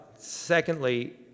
Secondly